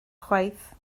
chwaith